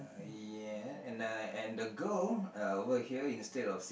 ya and I and the girl uh over here instead of sit